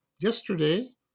yesterday